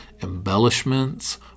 embellishments